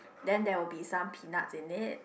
then there will be some peanuts in it